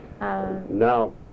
Now